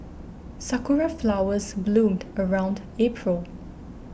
sakura flowers bloomed around April